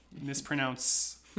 mispronounce